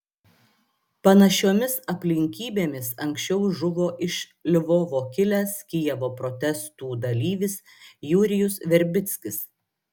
panašiomis aplinkybėmis anksčiau žuvo iš lvovo kilęs kijevo protestų dalyvis jurijus verbickis